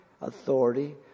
authority